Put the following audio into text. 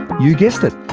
you guessed it.